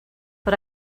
but